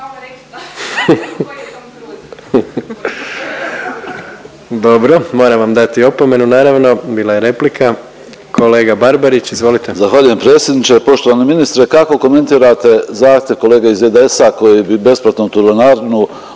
Dobro. Moram vam dati opomenu naravno, bila je replika. Kolega Barbarić, izvolite. **Barbarić, Nevenko (HDZ)** Zahvaljujem predsjedniče. Poštovani ministre kako komentirate zahtjev kolege iz IDS-a koji bi besplatnu tunelarinu